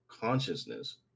consciousness